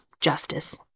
justice